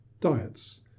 diets